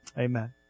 Amen